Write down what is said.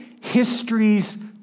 history's